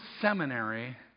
seminary